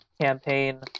campaign